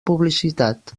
publicitat